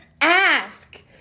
ask